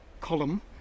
column